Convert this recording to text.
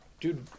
Dude